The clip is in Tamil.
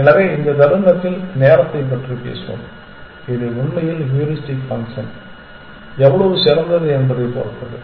எனவே இந்த தருணத்தில் நேரத்தைப் பற்றி பேசுவோம் இது உண்மையில் ஹூரிஸ்டிக் ஃபங்க்ஷன் எவ்வளவு சிறந்தது என்பதைப் பொறுத்தது